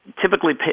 typically